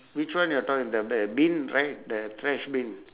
which one you're talking the b~ bin right the trash bin